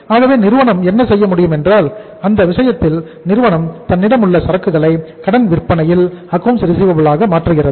ஆகவே நிறுவனம் என்ன செய்ய முடியும் என்றால் அந்த விஷயத்தில் நிறுவனம் தன்னிடமுள்ள சரக்குகளை கடன் விற்பனையில் அக்கவுண்ட்ஸ் ரிசிவபில்ஸ் ஆக மாற்றுகிறது